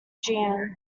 jeanne